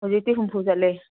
ꯍꯧꯖꯤꯛꯇꯤ ꯍꯨꯝꯐꯨ ꯆꯠꯂꯦ